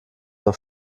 auf